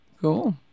Cool